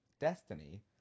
destiny